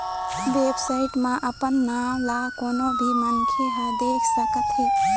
website म अपन नांव ल कोनो भी मनखे ह देख सकत हे